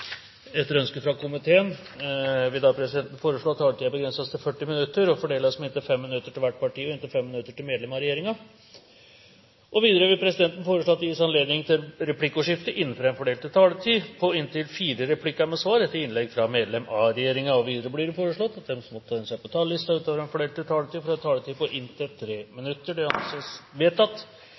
Etter ønske fra justiskomiteen vil presidenten foreslå at taletiden begrenses til 40 minutter og fordeles med inntil 5 minutter til hvert parti og inntil 5 minutter til medlem av regjeringen. Videre vil presidenten foreslå at det gis anledning til replikkordskifte på inntil fire replikker med svar etter innlegg fra medlem av regjeringen innenfor den fordelte taletid. Videre blir det foreslått at de som måtte tegne seg på talerlisten utover den fordelte taletid, får en taletid på inntil 3 minutter. – Det anses vedtatt.